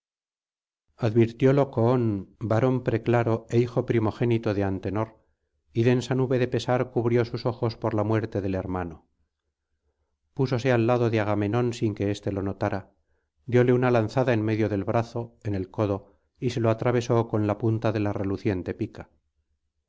advirtiólo coón varón preclaro é hijo primogénito de anterior y densa nube de pesar cubrió sus ojos por la muerte del hermano púsose al lado de agamenón sin que éste lo notara dióle una lanzada en medio del brazo en el codo y se lo atravesó con la punta de la reluciente pica